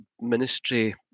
ministry